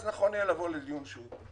אז נכון יהיה לבוא לדיון שוב.